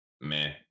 meh